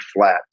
flat